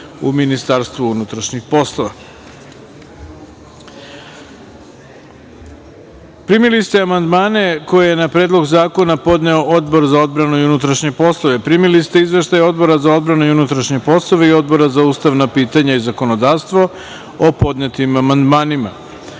u Ministarstvu unutrašnjih poslova. Primili ste amandmane koje je na Predlog zakona podneo Odbor za odbranu i unutrašnje poslove. Primili ste izveštaje Odbora za odbranu i unutrašnje poslove i Odbora za ustavna pitanja i zakonodavstvo o podnetim amandmanima. Pošto